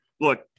look